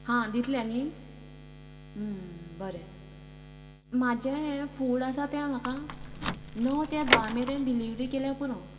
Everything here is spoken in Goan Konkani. हां दितले न्ही बरें म्हाजें हें फूड आसा तें म्हाका णव तें धा मेरेन डिल्हिवरी केल्यार पुरो